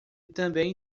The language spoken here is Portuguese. também